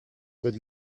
but